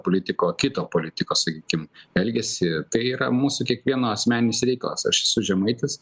politiko kito politiko sakykim elgesį tai yra mūsų kiekvieno asmeninis reikalas aš esu žemaitis